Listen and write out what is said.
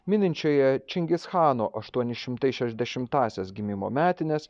mininčioje čingischano aštuoni šimtai šešiasdešimtąsias gimimo metines